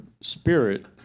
spirit